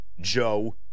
Joe